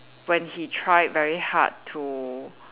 when he tried very hard to